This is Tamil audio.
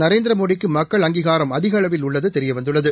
நரேந்திரமோடிக்குமக்கள்அங்கீகாரம்அதிகஅளவில்உள்ளதுதெரியவந்துள்ளது